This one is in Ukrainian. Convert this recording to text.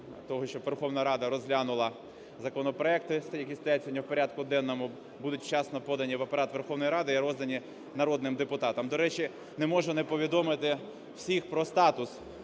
того, щоб Верховна Рада розглянула законопроекти, які сьогодні стоять в порядку денному, будуть вчасно подані в Апарат Верховної Ради і роздані народним депутатам. До речі, не можу не повідомити всіх про статус